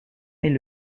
est